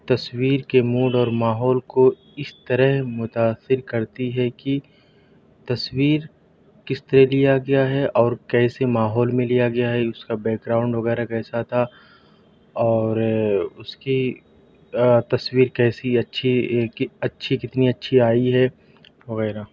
تصویر کے موڈ اور ماحول کو اس طرح متأثر کرتی ہے کہ تصویر کس طرح لیا گیا ہے اور کیسے ماحول میں لیا گیا ہے اس کا بیکگراؤنڈ وغیرہ کیسا تھا اور اس کی تصویر کیسی اچھی کی اچھی کتنی اچھی آئی ہے وغیرہ